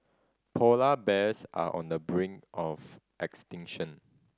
polar bears are on the brink of extinction